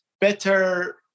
better